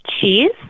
Cheese